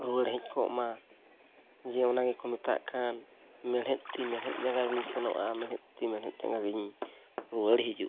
ᱨᱩᱣᱟᱹᱲ ᱦᱮᱡ ᱠᱚᱜᱢᱟ ᱡᱮ ᱚᱱᱟ ᱜᱮᱠᱚ ᱢᱮᱛᱟᱜ ᱠᱟᱱ ᱢᱮᱲᱦᱮᱫ ᱛᱤ ᱢᱮᱲᱦᱮᱫ ᱡᱟᱸᱜᱟ ᱜᱮᱧ ᱥᱮᱱᱚᱜᱼᱟ ᱢᱮᱲᱦᱮᱫ ᱛᱤ ᱢᱮᱲᱦᱮᱫ ᱡᱟᱸᱜᱟ ᱜᱮᱧ ᱨᱩᱣᱟᱹᱲ ᱦᱤᱡᱩᱜᱼᱟ